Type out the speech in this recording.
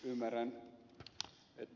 ymmärrän että ed